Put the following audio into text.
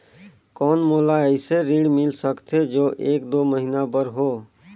कौन मोला अइसे ऋण मिल सकथे जो एक दो महीना बर हो?